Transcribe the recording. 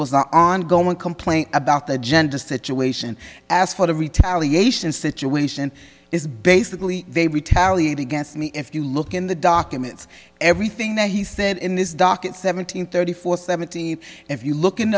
was an ongoing complaint about the gender situation ask for the retaliation situation is basically they retaliate against me if you look in the documents everything that he said in this docket seventeen thirty four seventeen if you look in